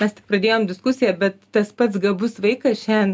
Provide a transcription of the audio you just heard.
mes tik pradėjom diskusiją bet tas pats gabus vaikas šiandien